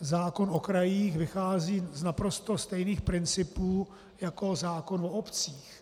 Zákon o krajích vychází z naprosto stejných principů jako zákon o obcích.